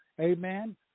Amen